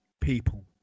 people